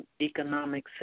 economic